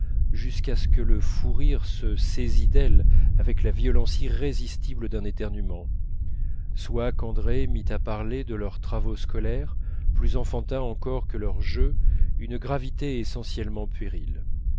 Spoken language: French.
jusqu'à ce que le fou rire se saisît d'elles avec la violence irrésistible d'un éternuement soit qu'andrée mît à parler de leurs travaux scolaires plus enfantins encore que leurs jeux une gravité essentiellement puérile